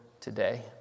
today